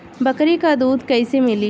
बकरी क दूध कईसे मिली?